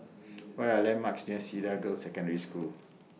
What Are The landmarks near Cedar Girls' Secondary School